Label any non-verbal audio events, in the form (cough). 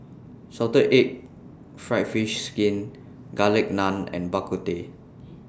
(noise) Salted Egg Fried Fish Skin Garlic Naan and Bak Kut Teh (noise)